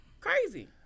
crazy